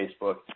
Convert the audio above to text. Facebook